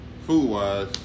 Food-wise